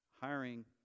hiring